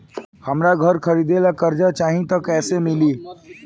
हमरा घर खरीदे ला कर्जा चाही त कैसे मिली?